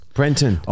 Brenton